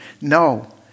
No